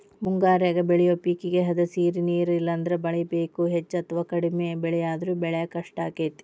ಮುಂಗಾರ್ಯಾಗ ಬೆಳಿಯೋ ಪೇಕೇಗೆ ಹದಸಿರಿ ನೇರ ಇಲ್ಲಂದ್ರ ಮಳಿ ಬೇಕು, ಹೆಚ್ಚ ಅಥವಾ ಕಡಿಮೆ ಮಳೆಯಾದ್ರೂ ಬೆಳ್ಯಾಕ ಕಷ್ಟಾಗ್ತೇತಿ